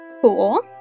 Cool